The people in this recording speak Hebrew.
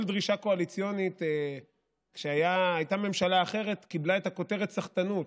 כל דרישה קואליציונית קיבלה את הכותרת "סחטנות".